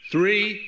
Three